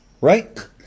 Right